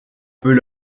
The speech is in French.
peut